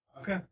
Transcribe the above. Okay